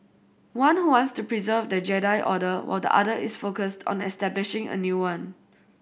one who wants to preserve the Jedi Order while the other is focused on establishing a new one